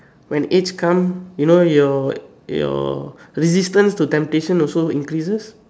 when age come you know your your resistance to temptation also increases